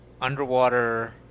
underwater